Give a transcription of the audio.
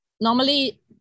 normally